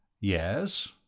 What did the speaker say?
Yes